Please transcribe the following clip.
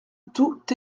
tout